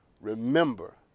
remember